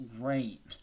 great